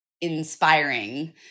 inspiring